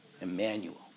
Emmanuel